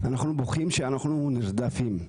אנחנו בוכים שאנחנו נרדפים,